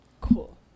cool